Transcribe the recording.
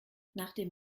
nachdem